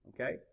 Okay